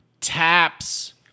Taps